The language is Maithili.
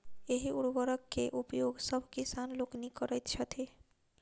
एहि उर्वरक के उपयोग सभ किसान लोकनि करैत छथि